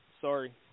Sorry